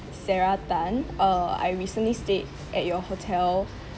sarah tan uh I recently stayed at your hotel